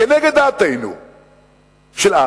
כנגד דעתנו אז.